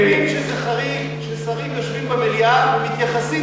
אני מבין שזה חריג ששרים יושבים במליאה ומתייחסים,